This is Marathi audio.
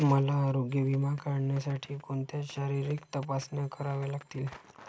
मला आरोग्य विमा काढण्यासाठी कोणत्या शारीरिक तपासण्या कराव्या लागतील?